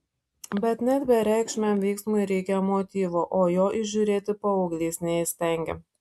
bet net bereikšmiam veiksmui reikia motyvo o jo įžiūrėti paauglys neįstengė